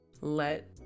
let